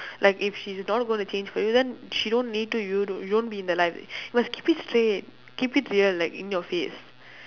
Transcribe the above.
like if she's not going to change for you then she don't need to you don~ you don't be in her life you must keep it straight keep it real like in your face